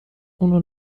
اونو